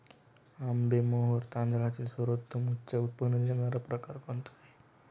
आंबेमोहोर तांदळातील सर्वोत्तम उच्च उत्पन्न देणारा प्रकार कोणता आहे?